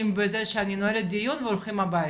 בזה שאני נועלת דיון והולכים הביתה.